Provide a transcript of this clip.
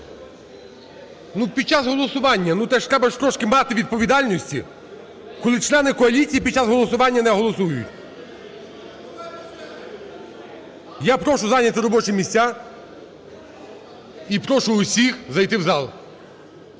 Ну, під час голосування, ну, це ж треба трошки мати відповідальності, коли члени коаліції під час голосування не голосують. Я прошу зайняти робочі місця і прошу всіх зайти в зал.